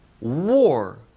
war